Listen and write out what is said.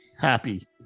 happy